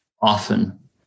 often